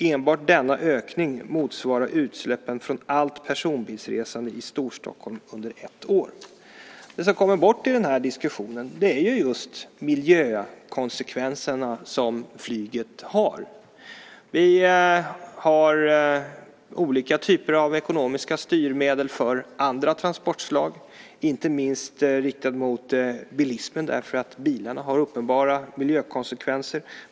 Enbart denna ökning motsvarar utsläppen från allt personbilsresande i Storstockholm under ett år." Det som kommer bort i den här diskussionen är just miljökonsekvenserna som flyget har. Vi har olika typer av ekonomiska styrmedel för andra transportslag, inte minst riktat mot bilismen därför att bilarna har uppenbara miljökonsekvenser.